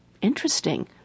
Interesting